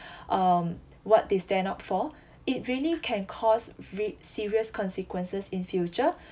um what they stand up for it really can cause re~ serious consequences in future